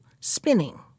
spinning